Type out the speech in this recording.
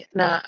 na